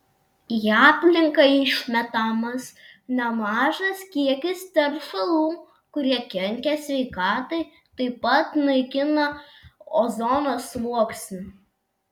į aplinką išmetamas nemažas kiekis teršalų kurie kenkia sveikatai taip pat naikina ozono sluoksnį